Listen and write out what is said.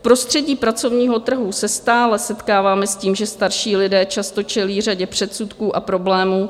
V prostředí pracovního trhu se stále setkáváme s tím, že starší lidé často čelí řadě předsudků a problémů.